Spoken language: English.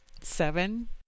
Seven